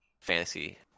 fantasy